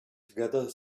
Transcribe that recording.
together